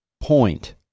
point